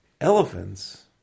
elephants